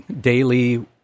daily